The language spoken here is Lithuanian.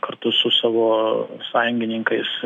kartu su savo sąjungininkais